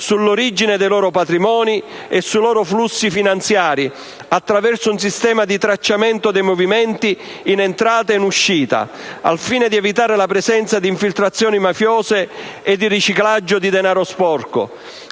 sull'origine dei loro patrimoni e sui loro flussi finanziari attraverso un sistema di tracciamento dei movimenti in entrata e in uscita, al fine di evitare la presenza di infiltrazioni mafiose e di riciclaggio di denaro sporco.